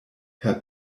herr